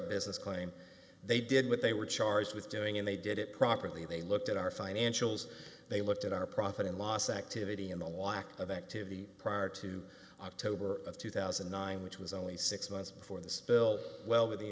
business claim they did what they were charged with doing and they did it properly they looked at our financials they looked at our profit and loss activity and the lack of activity prior to october of two thousand and nine which was only six months before the spill well with the